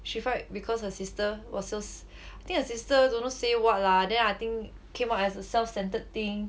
she fight because her sister was just I think her sister don't know say what lah then I think came out as a self-centered thing